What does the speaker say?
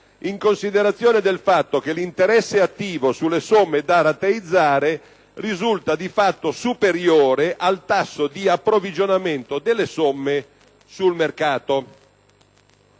in considerazione del fatto che l'interesse attivo sulle somme da rateizzare risulta di fatto superiore al tasso di approvvigionamento delle somme sul mercato.